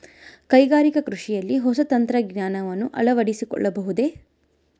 ಕೈಗಾರಿಕಾ ಕೃಷಿಯಲ್ಲಿ ಹೊಸ ತಂತ್ರಜ್ಞಾನವನ್ನ ಅಳವಡಿಸಿಕೊಳ್ಳಬಹುದೇ?